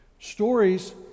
Stories